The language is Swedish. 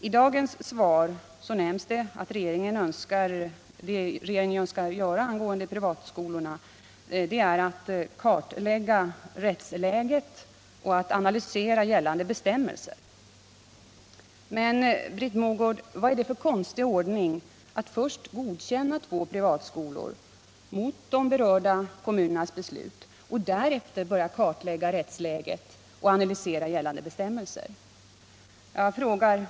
I dagens svar nämns att vad regeringen önskar göra angående privatskolorna är att ”klarlägga rättsläget” och ”analysera gällande bestämmelser”. Men, Britt Mogård, vad är det för konstig ordning att först godkänna två privatskolor mot de berörda kommunernas beslut och därefter börja klarlägga rättsläget och analysera gällande bestämmelser?